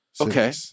Okay